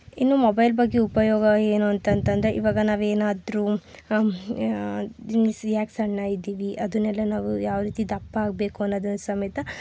ಇನ್ನು ಮೊಬೈಲ್ ಬಗ್ಗೆ ಉಪಯೋಗ ಏನು ಅಂತ ಅಂತಂದ್ರೆ ಈವಾಗ ನಾವು ಏನಾದ್ರು ಯಾಕೆ ಸಣ್ಣ ಇದ್ದೀವಿ ಅದನ್ನೆಲ್ಲ ನಾವು ಯಾವ ರೀತಿ ದಪ್ಪ ಆಗಬೇಕು ಅನ್ನೋದನ್ನ ಸಮೇತ